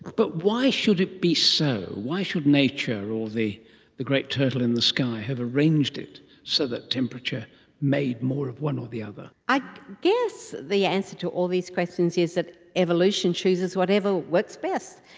but why should it be so? why should nature or the the great turtle in the sky have arranged it so that temperature made more of one or the other? i guess the answer to all these questions is that evolution chooses whatever works best,